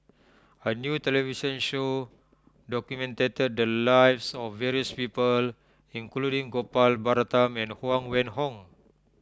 a new television show documented the lives of various people including Gopal Baratham and Huang Wenhong